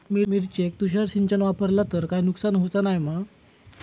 मिरचेक तुषार सिंचन वापरला तर काय नुकसान होऊचा नाय मा?